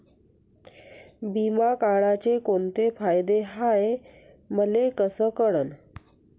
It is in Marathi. बिमा काढाचे कोंते फायदे हाय मले कस कळन?